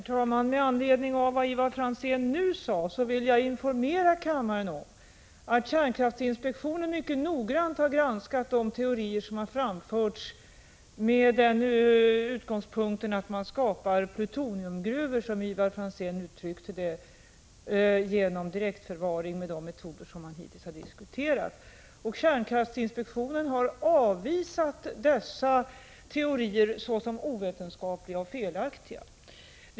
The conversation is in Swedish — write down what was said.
Herr talman! Med anledning av vad Ivar Franzén nu sade vill jag informera kammaren om att kärnkraftinspektionen mycket noggrant har granskat de teorier som har framförts med utgångspunkten att man skapar plutoniumgruvor — som Ivar Franzén uttryckte det — genom direktförvaring med de metoder som man hittills har diskuterat. Kärnkraftinspektionen har avvisat dessa teorier såsom ovetenskapliga och felaktiga.